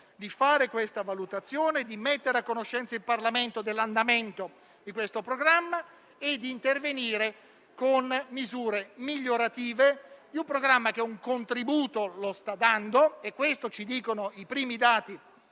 di fare una valutazione e mettere a conoscenza il Parlamento dell'andamento del programma e di intervenire con misure migliorative su un programma che sta dando un contributo, come ci dicono i primi dati